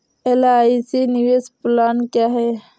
LIC निवेश plan क्या है?